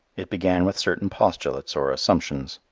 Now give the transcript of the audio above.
it began with certain postulates, or assumptions,